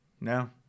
No